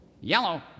Yellow